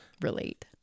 relate